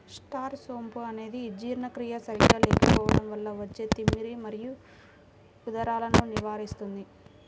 star సోంపు అనేది జీర్ణక్రియ సరిగా లేకపోవడం వల్ల వచ్చే తిమ్మిరి మరియు ఉదరాలను నివారిస్తుంది